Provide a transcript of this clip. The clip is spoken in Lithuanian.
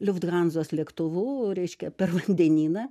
lufthansos lėktuvu reiškia per vandenyną